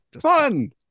fun